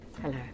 Hello